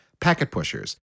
packetpushers